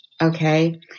okay